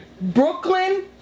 Brooklyn